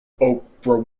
oprah